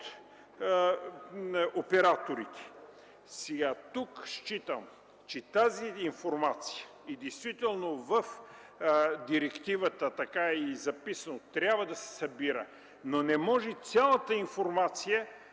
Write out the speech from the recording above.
операторите. Тук считам, че тази информация (действително в директивата така е и записано) – трябва да се събира, но не може цялата информация